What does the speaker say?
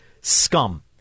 scum